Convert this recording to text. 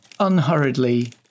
Unhurriedly